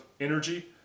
energy